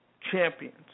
champions